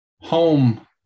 home